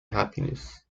happiness